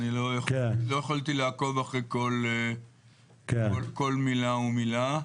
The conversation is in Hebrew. לא יכולתי לעקוב אחרי כל מילה ומילה.